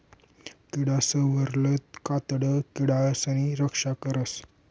किडासवरलं कातडं किडासनी रक्षा करस